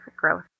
growth